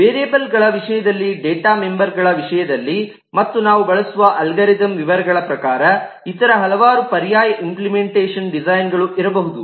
ವೇರಿಯೇಬಲ್ಗಳ ವಿಷಯದಲ್ಲಿ ಡೇಟಾ ಮೆಂಬರ್ಗಳ ವಿಷಯದಲ್ಲಿ ಮತ್ತು ನಾವು ಬಳಸುವ ಅಲ್ಗಾರಿಥಮ್ನ ವಿವರಗಳ ಪ್ರಕಾರ ಇತರ ಹಲವಾರು ಪರ್ಯಾಯ ಇಂಪ್ಲಿಮೆಂಟೇಷನ್ ಡಿಸೈನ್ಗಳು ಇರಬಹುದು